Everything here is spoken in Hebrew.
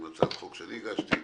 עם הצעת חוק שאני הגשתי,